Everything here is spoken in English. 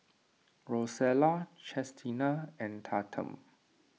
Rosella Chestina and Tatum